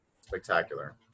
Spectacular